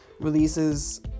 releases